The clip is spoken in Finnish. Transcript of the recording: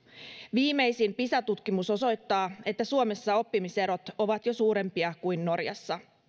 viimeisin pisa tutkimus osoittaa että suomessa oppimiserot ovat jo suurempia kuin norjassa